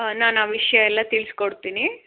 ಹಾಂ ನಾನು ಆ ವಿಷಯ ಎಲ್ಲ ತಿಳ್ಸಿಕೊಡ್ತೀನಿ